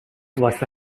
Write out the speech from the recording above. واسه